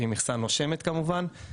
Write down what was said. היא מכסה נושמת כמובן,